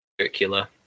circular